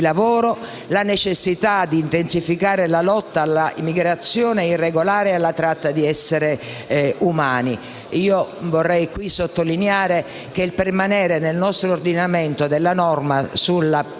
lavoro e sulla necessità di intensificare la lotta alla migrazione irregolare e alla tratta di esseri umani. Vorrei qui sottolineare che il permanere nel nostro ordinamento della norma sulla